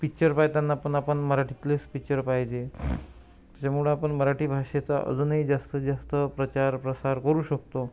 picture पाह्यताना पण आपण मराठीतलेच पिक्चर पहायचे त्याच्यामुळे आपण मराठी भाषेचा अजूनही जास्त जास्त प्रचार प्रसार करु शकतो